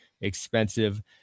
expensive